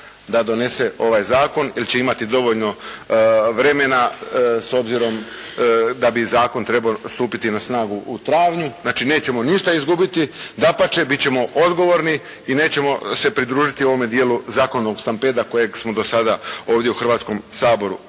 da donese ovaj zakon jer će imati dovoljno vremena s obzirom da bi Zakon trebao stupiti na snagu u travnju, znači nećemo ništa izgubiti dapače bit ćemo odgovorni i nećemo se pridružiti ovom dijelu zakovnog stampeda kojeg smo do sada ovdje u Hrvatskom saboru